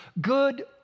good